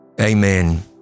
amen